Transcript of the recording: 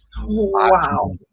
Wow